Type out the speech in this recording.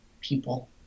people